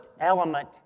element